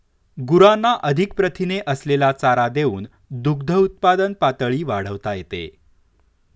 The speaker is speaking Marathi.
गुरांना अधिक प्रथिने असलेला चारा देऊन दुग्धउत्पादन पातळी वाढवता येते